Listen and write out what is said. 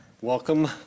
Welcome